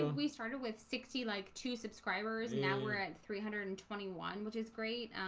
ah we started with sixty like two subscribers. now. we're at three hundred and twenty one which is great